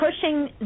pushing